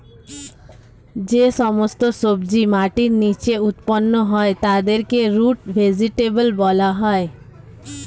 যে সমস্ত সবজি মাটির নিচে উৎপন্ন হয় তাদেরকে রুট ভেজিটেবল বলা হয়